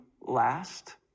last